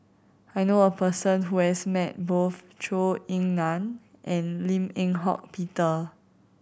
I knew a person who has met both Zhou Ying Nan and Lim Eng Hock Peter